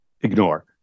ignore